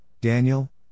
Daniel